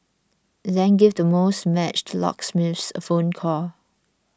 then give the most matched locksmiths a phone call